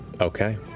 Okay